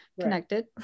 connected